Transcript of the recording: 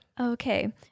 Okay